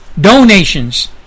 donations